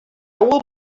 will